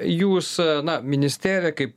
jūs na ministerija kaip